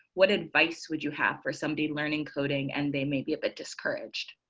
what advice would you have for somebody learning coding and they may be a bit discouraged?